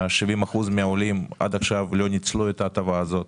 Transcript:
70% מהעולים עד עכשיו לא ניצלו את ההטבה הזאת.